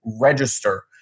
register